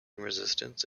resistance